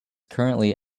currently